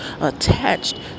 attached